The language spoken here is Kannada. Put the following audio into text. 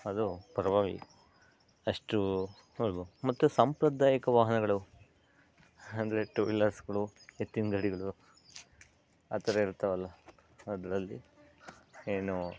ಅದು ಪರವಾಗಿ ಅಷ್ಟು ಹೇಳ್ಬೋದು ಮತ್ತು ಸಾಂಪ್ರದಾಯಿಕ ವಾಹನಗಳು ಅಂದರೆ ಟೂ ವೀಲರ್ಸ್ಗಳು ಎತ್ತಿನ ಗಾಡಿಗಳು ಆ ಥರ ಇರ್ತಾವಲ್ಲ ಅದರಲ್ಲಿ ಏನು